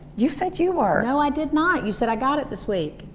you said you were. no, i did not. you said, i got it this week.